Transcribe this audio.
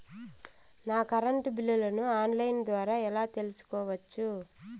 నా కరెంటు బిల్లులను online ద్వారా ఎలా తెలుసుకోవచ్చు?